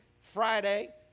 Friday